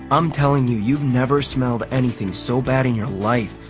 i'm telling you, you've never smelled anything so bad in your life!